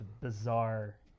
bizarre